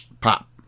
pop